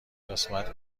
قسمت